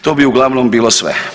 To bi uglavnom bilo sve.